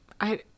I-